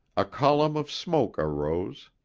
a column of smoke arose.